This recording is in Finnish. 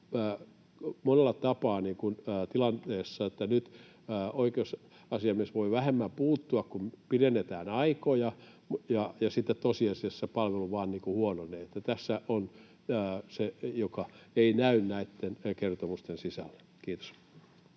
monella tapaa tilanteessa, että nyt oikeusasiamies voi vähemmän puuttua, kun pidennetään aikoja, ja sitten tosiasiassa palvelut vaan huononevat. Eli tämä on se, mikä ei näy näitten kertomusten sisällä. — Kiitos.